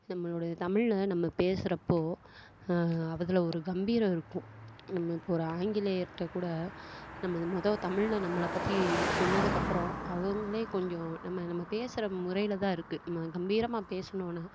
நம்மளோட தமிழை நம்ம பேசுகிறப்போ அதில் ஒரு கம்பீரம் இருக்கும் நம்ம இப்போ ஒரு ஆங்கிலேயர்கிட்ட கூட நம்ம மொதல் தமிழில் நம்மளை பற்றி சொன்னதுக்கப்புறம் அவங்களே கொஞ்சம் நம்ம நம்ம பேசுகிற முறையில் தான் இருக்குது நம்ம கம்பீரமாக பேசினோன்னா